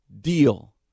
deal